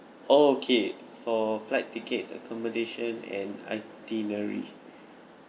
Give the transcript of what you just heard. oh okay for flight tickets accommodation and itinerary